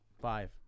five